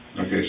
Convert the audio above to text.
Okay